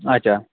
اَچھا